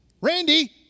Randy